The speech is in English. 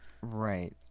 Right